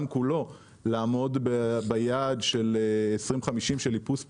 כולו לעמוד ביעד של 2050 של איפוס פחמני,